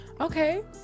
okay